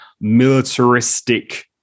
militaristic